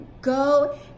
go